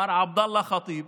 מר עבדאללה ח'טיב,